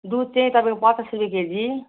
दुध चाहिँ तपाईँको पचास रुप्पे केजी